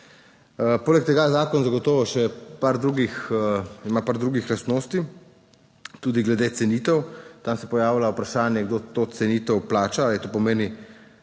Poleg tega zakon ima zagotovo še par drugih par drugih lastnosti, tudi glede cenitev. Tam se pojavlja vprašanje, kdo to cenitev plača. Ali to pomeni,